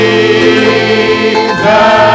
Jesus